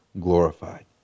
glorified